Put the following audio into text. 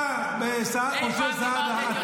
משה סעדה,